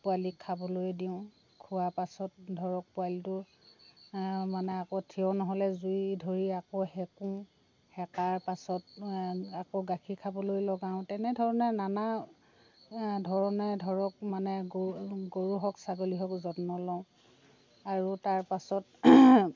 পোৱালিক খাবলৈ দিওঁ খোৱা পাছত ধৰক পোৱালিটো মানে আকৌ থিয় নহ'লে জুই ধৰি আকৌ সেকু সেকাৰ পাছত আকৌ গাখীৰ খাবলৈ লগাওঁ তেনেধৰণে নানা ধৰণে ধৰক মানে গৰু গৰু হওক ছাগলী হওক যত্ন লওঁ আৰু তাৰ পাছত